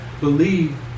believe